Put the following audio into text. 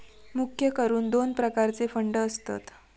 मुख्य करून दोन प्रकारचे फंड असतत